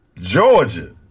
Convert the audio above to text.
Georgia